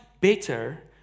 better